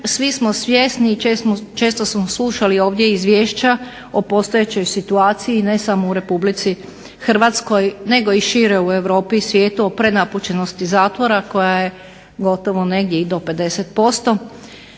svi smo svjesni i često smo slušali ovdje izvješća o postojećoj situaciji i ne samo u RH nego i šire u Europi i svijetu o prenapučenosti zatvora koja je gotovo negdje i do 50%.